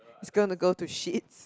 is gonna go to shits